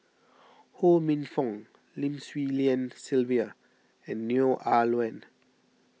Ho Minfong Lim Swee Lian Sylvia and Neo Ah Luan